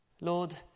Lord